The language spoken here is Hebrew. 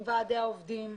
עם ועדי העובדים,